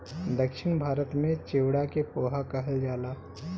दक्षिण भारत में चिवड़ा के पोहा कहल जाला